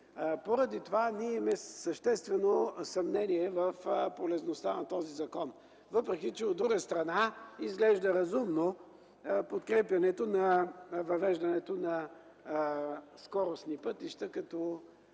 Поради това ние имаме съществено съмнение в полезността на този закон, въпреки че от друга страна, изглежда разумно подкрепянето на въвеждането на скоростни пътища като